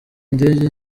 indege